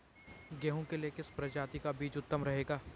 गेहूँ के लिए किस प्रजाति का बीज उत्तम रहेगा?